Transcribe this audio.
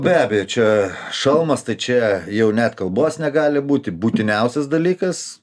be abejo čia šalmas tai čia jau net kalbos negali būti būtiniausias dalykas